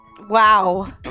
Wow